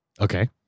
Okay